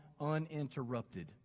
uninterrupted